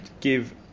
give